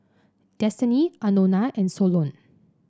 Destiny Anona and Solon